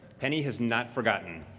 penny has not forgotten.